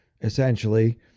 essentially